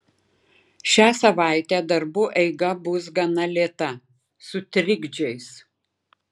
šią savaitę darbų eiga bus gana lėta su trikdžiais